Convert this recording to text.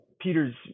Peter's